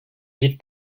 bir